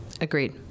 Agreed